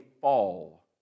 fall